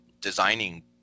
designing